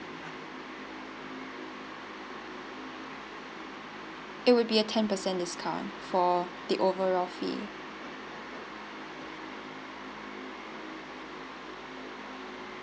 it'll be a ten percent discount for the overall fee